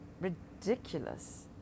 ridiculous